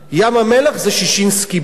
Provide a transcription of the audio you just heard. ים-המלח זה ששינסקי ב'.